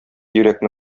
йөрәкне